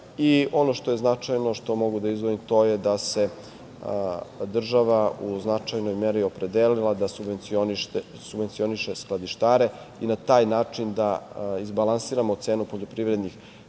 ono što je značajno, što mogu da izdvojim, to je da se država u značajnoj meri opredelila da subvencioniše skladištare i na taj način da izbalansiramo cenu poljoprivrednih